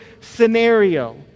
scenario